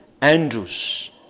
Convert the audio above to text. Andrews